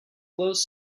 close